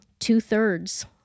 Two-thirds